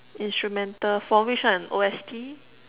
instrumental for which one O_S_T